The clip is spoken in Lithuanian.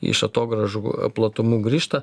iš atogrąžų platumų grįžta